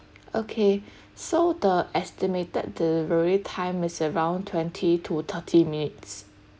okay so the estimated delivery time is around twenty to thirty minutes